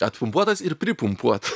atpumpuotas ir priumpuot